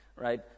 right